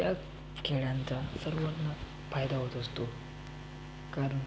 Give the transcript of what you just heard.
त्या खेळांचा सर्वांना फायदा होत असतो कारन